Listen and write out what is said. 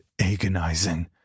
agonizing